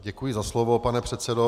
Děkuji za slovo, pane předsedo.